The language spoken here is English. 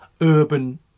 urban